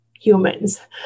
humans